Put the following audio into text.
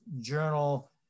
journal